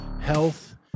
health